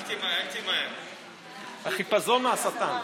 החיפזון מהשטן.